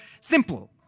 simple